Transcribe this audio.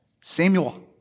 Samuel